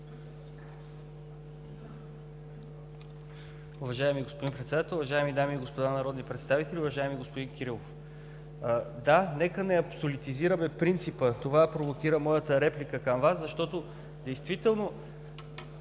Уважаеми господин Председател, уважаеми дами и господа народни представители! Уважаеми господин Кирилов, да, нека не абсолютизираме принципа. Това провокира моята реплика към Вас, защото действително